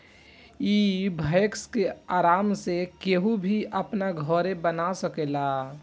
इ वैक्स के आराम से केहू भी अपना घरे बना सकेला